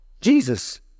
Jesus